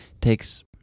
takes